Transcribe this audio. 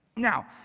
now,